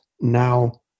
now